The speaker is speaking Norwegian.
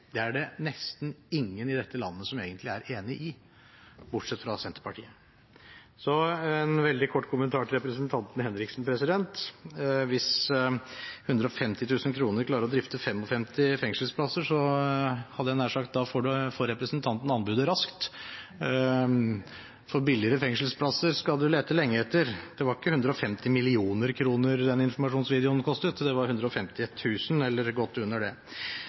Det er det nesten ingen i dette landet som egentlig er enig i – bortsett fra Senterpartiet. Så en veldig kort kommentar til representanten Henriksen: Hvis man med 150 000 kr klarer å drifte 55 fengselsplasser, hadde jeg nær sagt at da får representanten anbudet raskt, for billigere fengselsplasser skal man lete lenge etter. Det var ikke 150 mill. kr denne informasjonsvideoen kostet, det var 150 000 kr – eller godt under det.